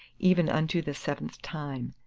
even unto the seventh time.